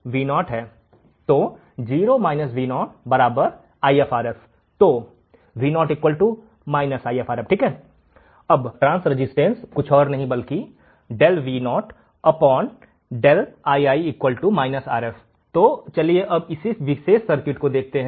तो 0 Vo lf Rf तो Vo lf Rf transresistance कुछ और नहीं बल्कि तो चलिए अब हम इस विशेष सर्किट को देखते हैं